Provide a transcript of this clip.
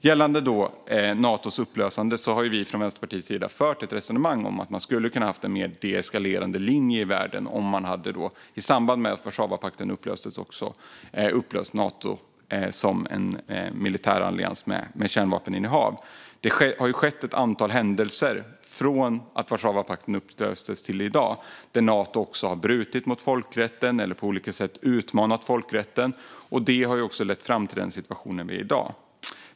Gällande Natos upplösande har vi från Vänsterpartiets sida fört ett resonemang om att man skulle kunna ha haft en mer deeskalerande linje i världen om man i samband med att Warszawapakten upplöstes också hade upplöst Nato som en militärallians med kärnvapeninnehav. Det har skett ett antal händelser från det att Warszawapakten upplöstes till i dag då Nato har brutit mot eller på olika sätt utmanat folkrätten. Det har också lett fram till den situation vi har i dag.